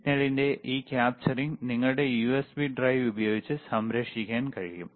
സിഗ്നലിന്റെ ഈ ക്യാപ്ചറിംഗ് നിങ്ങളുടെ യുഎസ്ബി ഡ്രൈവ് ഉപയോഗിച്ച് സംരക്ഷിക്കാൻ കഴിയും